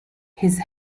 his